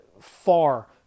far